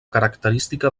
característica